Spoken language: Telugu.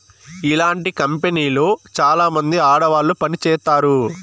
ఇలాంటి కంపెనీలో చాలామంది ఆడవాళ్లు పని చేత్తారు